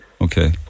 Okay